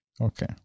Okay